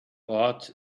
ought